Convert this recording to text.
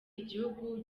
igihugu